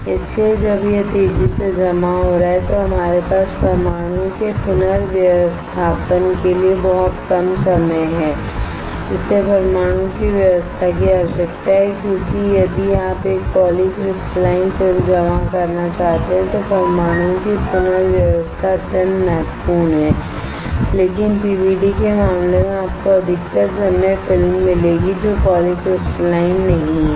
इसलिए जब यह तेजी से जमा हो रहा है तो हमारे पास परमाणुओं के पुनर्व्यवस्थापन के लिए बहुत कम समय है इसलिए परमाणुओं की व्यवस्था की आवश्यकता है क्योंकि यदि आप एक पॉलीक्रिस्टलाइन फिल्म जमा करना चाहते हैं तो परमाणुओं का पुनर्व्यवस्था अत्यंत महत्वपूर्ण है लेकिन पीवीडी के मामले में आपको अधिकतर समय फिल्ममिलेगी जो पॉलीक्रिस्टलाइन नहीं है